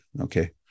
okay